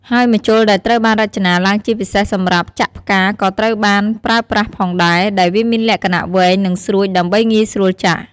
ហើយម្ជុលដែលត្រូវបានរចនាឡើងជាពិសេសសម្រាប់ចាក់ផ្កាក៏ត្រូវបានប្រើប្រាស់ផងដែរ ដែលវាមានលក្ខណៈវែង និងស្រួចដើម្បីងាយស្រួលចាក់។